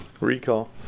recall